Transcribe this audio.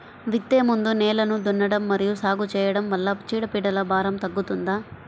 విత్తే ముందు నేలను దున్నడం మరియు సాగు చేయడం వల్ల చీడపీడల భారం తగ్గుతుందా?